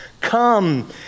Come